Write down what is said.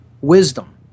wisdom